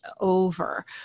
over